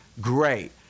Great